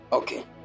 Okay